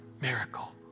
miracle